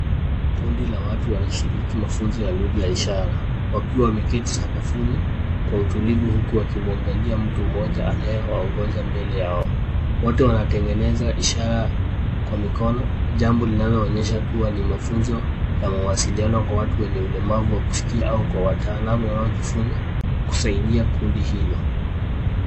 Kundi la watu wanashiriki mafunzo ya lugha ya ishara wakiwa wameketi sakafuni kwa utulivu huku wakimuangalia mtu mmoja anayewaongoza mbele yao. Wote wanatengeneza ishara kwa mikono, jambo linaloonyesha kuwa ni mafunzo ya mawasiliano kwa watu wenye ulemavu wa kusikia au kwa wataalamu wanajifunza kusaidia kundi hilo.